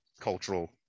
cultural